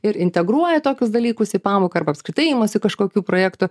ir integruoja tokius dalykus į pamoką arba apskritai imasi kažkokių projektų